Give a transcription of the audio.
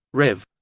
rev.